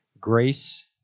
grace